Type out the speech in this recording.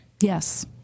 Yes